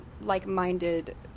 like-minded